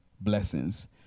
blessings